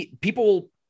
people